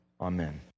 Amen